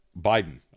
Biden